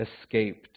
escaped